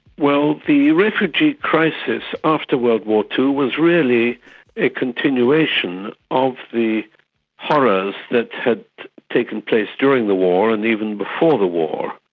well, the refugee crisis after world war ii was really a continuation of the horrors that had taken place during the war and even before the war.